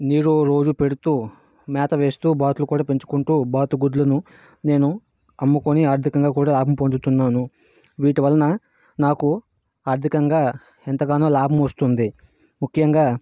నీరు రోజు పెడుతూ మేత వేస్తూ బాతులు కూడా పెంచుకుంటూ బాతు గుడ్లను నేను అమ్ముకొని ఆర్థికంగా కూడా లాభం పొందుతున్నాను వీటివలన నాకు ఆర్థికంగా ఎంతగానో లాభం వస్తుంది ముఖ్యంగా